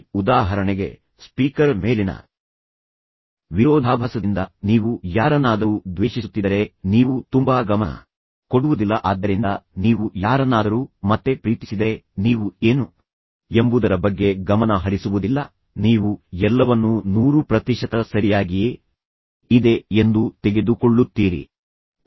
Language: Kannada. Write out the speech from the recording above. ಉದಾಹರಣೆಗೆ ಸ್ಪೀಕರ್ ಮೇಲಿನ ವಿರೋಧಾಭಾಸದಿಂದ ನೀವು ಯಾರನ್ನಾದರೂ ದ್ವೇಷಿಸುತ್ತಿದ್ದರೆ ನೀವು ತುಂಬಾ ಗಮನ ಕೊಡುವುದಿಲ್ಲ ಆದ್ದರಿಂದ ನೀವು ಯಾರನ್ನಾದರೂ ಮತ್ತೆ ಪ್ರೀತಿಸಿದರೆ ನೀವು ಏನು ಎಂಬುದರ ಬಗ್ಗೆ ಗಮನ ಹರಿಸುವುದಿಲ್ಲ ನೀವು ಎಲ್ಲವನ್ನೂ 100 ಪ್ರತಿಶತ ಸರಿಯಾಗಿಯೇ ಇದೆ ಎಂದು ತೆಗೆದುಕೊಳ್ಳುತ್ತೀರಿ ನೀವು ಅದರ ಬಗ್ಗೆ ವಿಶ್ಲೇಷಣೆ ಅಥವಾ ವಿಮರ್ಶಾತ್ಮಕ ಅಭಿಪ್ರಾಯ ಕೊಡುವುದಿಲ್ಲ